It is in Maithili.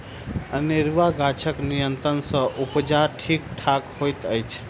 अनेरूआ गाछक नियंत्रण सँ उपजा ठीक ठाक होइत अछि